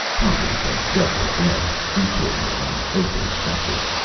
hopping from deck to deck, detouring around open stretches.